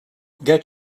get